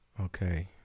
Okay